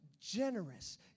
generous